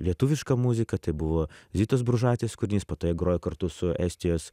lietuviška muzika tai buvo zitos bružaitės kūrinys po to jie grojo kartu su estijos